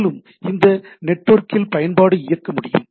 மேலும் இந்த நெட்வொர்க்கில் பயன்பாடு இயங்க முடியும்